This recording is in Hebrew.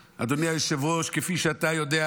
אדוני היושב-ראש, כפי שאתה יודע,